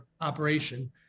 operation